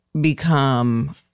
become